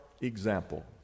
example